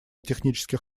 технических